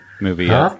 movie